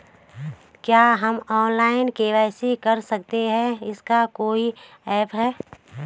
क्या हम online KYC कर सकते हैं इसका कोई ऐप है?